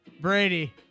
Brady